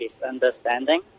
misunderstanding